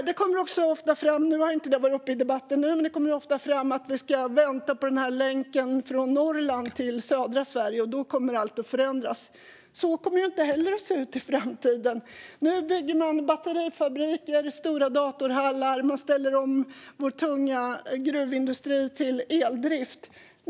Det har inte varit uppe i debatten än, men det sägs ofta att vi ska vänta på länken från Norrland till södra Sverige och att allt kommer att förändras då. Så kommer det ju inte heller att se ut i framtiden. Nu bygger man batterifabriker och stora datorhallar, och man ställer om vår tunga gruvindustri till eldrift.